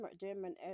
German